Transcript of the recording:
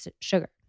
sugar